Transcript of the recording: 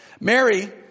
Mary